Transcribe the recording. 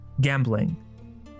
gambling